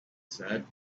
said